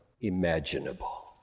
imaginable